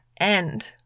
end